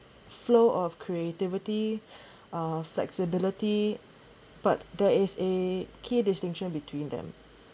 flow of creativity uh flexibility but there is a key distinction between them